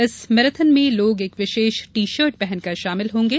इस मैराथन में लोग एक विशेष टी शर्ट पहनकर शामिल होंगे